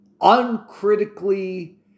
uncritically